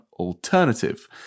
alternative